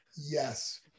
yes